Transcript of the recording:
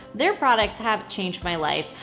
their products have changed my life.